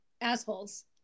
assholes